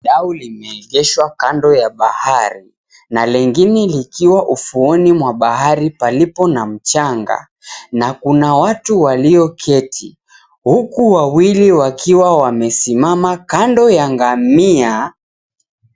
Dau limeegeshwa kando ya bahari na lingine likiwa ufuoni mwa bahari palipo na mchanga na kuna watu walioketi huku wawili wakiwa wamesimama kando ya ngamia